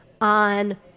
on